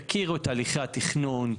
יכירו את תהליכי התכנון,